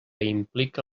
implica